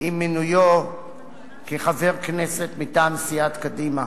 עם מינויו לחבר הכנסת מטעם סיעת קדימה,